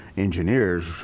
engineers